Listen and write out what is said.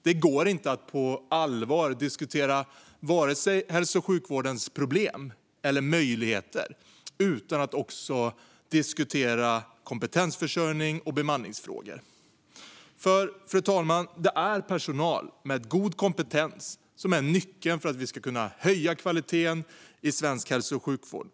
Det går inte att på allvar diskutera vare sig hälso och sjukvårdens problem eller möjligheter utan att också diskutera kompetensförsörjning och bemanningsfrågor. För, fru talman, det är personal med god kompetens som är nyckeln till att höja kvaliteten i svensk hälso och sjukvård.